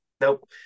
Nope